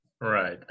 Right